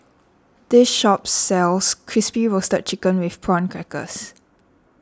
this shop sells Crispy Roasted Chicken with Prawn Crackers